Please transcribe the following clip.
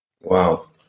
Wow